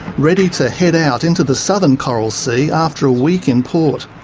ready to head out into the southern coral sea after a week in port.